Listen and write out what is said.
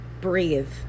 breathe